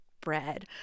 bread